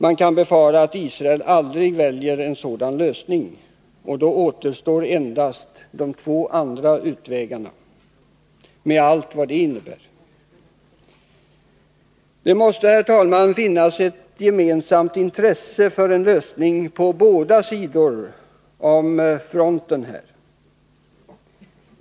Man kan befara att Israel aldrig väljer en sådan lösning, och då återstår endast de två andra utvägarna, med allt vad de innebär. Det måste, herr talman, på båda sidor om fronten finnas ett gemensamt intresse för en lösning.